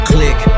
Click